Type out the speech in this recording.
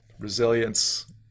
resilience